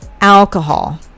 alcohol